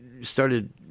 started